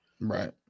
Right